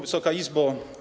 Wysoka Izbo!